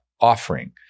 offering